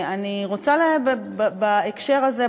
אני רוצה בהקשר הזה,